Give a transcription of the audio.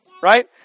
right